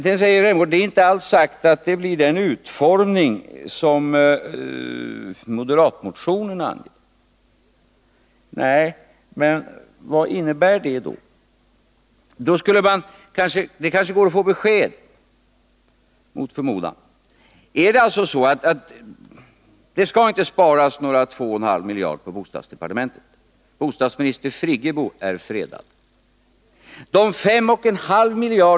Det är inte alls sagt, säger Rolf Rämgård, att sparåtgärderna sätts in på det sätt som moderatmotionerna föreslår. Men vad innebär det då? Det kanske går att få besked, mot förmodan. Är det så att det inte skall sparas några 2,5 miljarder på bostadsdepartementets område, att bostadsministern Friggebo är fredad?